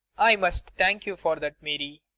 i must thank you for that, mary.